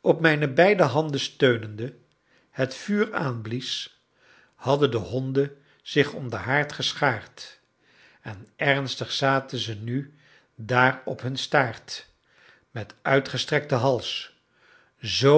op mijne beide handen steunende het vuur aanblies hadden de honden zich om den haard geschaard en ernstig zaten ze nu daar op hun staart met uitgestrekten hals z